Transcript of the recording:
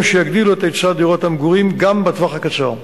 שיגדילו את היצע דירות המגורים גם בטווח הקצר.